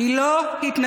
לא נכון, היא לא התנצלה.